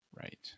Right